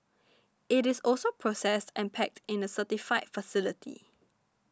it is also processed and packed in a certified facility